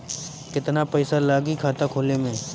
केतना पइसा लागी खाता खोले में?